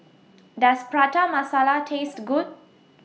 Does Prata Masala Taste Good